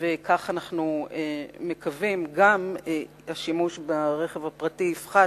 כך אנחנו מקווים שגם השימוש ברכב הפרטי יפחת,